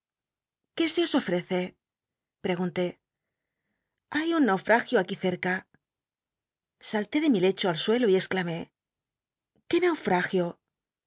se os ofrece pregunté hay un naufragio aqui cerca sallé de mi lecho al suelo y exclmné qué naufragio